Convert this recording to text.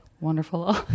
Wonderful